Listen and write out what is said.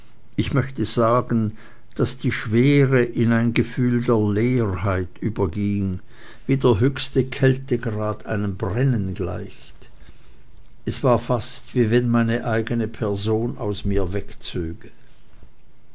ich möchte sagen daß die schwere in ein gefühl der leerheit überging wie der höchste kältegrad einem brennen gleicht es war fast wie wenn meine eigene person aus mir wegzöge